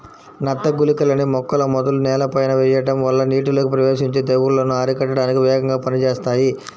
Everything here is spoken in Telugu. నత్త గుళికలని మొక్కల మొదలు నేలపైన వెయ్యడం వల్ల నీటిలోకి ప్రవేశించి తెగుల్లను అరికట్టడానికి వేగంగా పనిజేత్తాయి